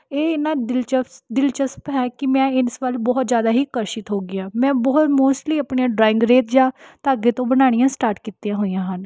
ਇਹ ਇੰਨਾ ਦਿਲਚਪਫ ਦਿਲਚਸਪ ਹੈ ਕਿ ਮੈਂ ਇਸ ਵੱਲ ਬਹੁਤ ਜ਼ਿਆਦਾ ਹੀ ਆਕਰਸ਼ਿਤ ਹੋ ਗਈ ਹਾਂ ਮੈਂ ਬਹੁਤ ਮੋਸਟਲੀ ਆਪਣੇ ਡਰਾਇੰਗ ਰੇਤ ਜਾਂ ਧਾਗੇ ਤੋਂ ਬਣਾਉਣੀਆਂ ਸਟਾਟ ਕੀਤੀਆਂ ਹੋਈਆਂ ਹਨ